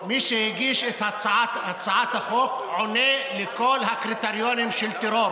שמי שהגיש את הצעת החוק עונה לכל הקריטריונים של טרור